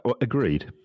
Agreed